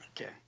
Okay